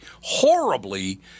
horribly